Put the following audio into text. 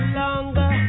longer